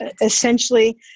Essentially